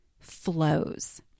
flows